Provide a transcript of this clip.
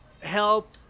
help